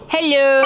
Hello